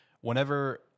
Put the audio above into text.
whenever –